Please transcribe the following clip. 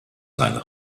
seinen